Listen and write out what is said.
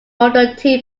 model